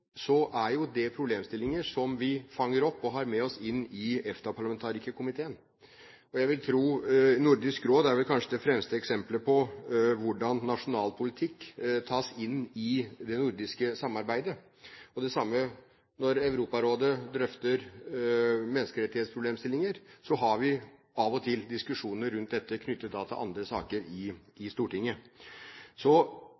det problemstillinger som vi fanger opp og har med oss inn i EFTA-parlamentarikerkomiteen, som jo behandler saker vi nettopp har drøftet tidligere i dag. Nordisk Råd er vel kanskje det fremste eksemplet på hvordan nasjonal politikk tas inn i det nordiske samarbeidet. Og det samme: Når Europarådet drøfter menneskerettighetsproblemstillinger, har vi av og til diskusjoner rundt dette knyttet til andre saker i Stortinget. Så